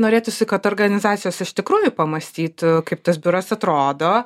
norėtųsi kad organizacijos iš tikrųjų pamąstytų kaip tas biuras atrodo